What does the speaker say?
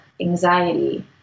anxiety